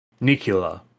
Nikola